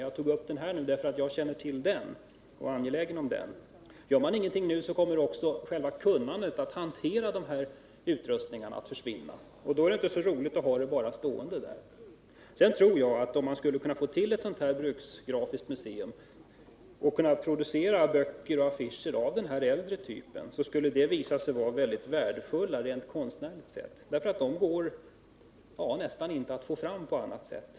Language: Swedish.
Jag tog upp denna bransch, därför att jag känner till just den och är angelägen om den. Gör man ingenting nu kommer också själva kunnandet i att hantera denna utrustning att försvinna. Det är inte så roligt att bara ha den stående. Jag tror, att om man skapade ett bruksgrafiskt museum och producerade böcker och affischer av äldre typ, skulle det visa sig vara mycket värdefullt rent konstnärligt sett, därför att sådant går nästan inte att få fram på annat sätt.